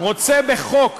רוצה בחוק